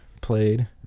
played